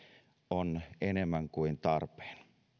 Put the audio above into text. on enemmän kuin tarpeen